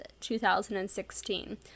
2016